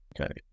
Okay